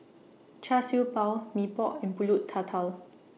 Char Siew Bao Mee Pok and Pulut Tatal